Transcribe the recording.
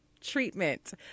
treatment